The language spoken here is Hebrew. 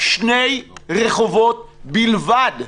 שני רחובות בלבד.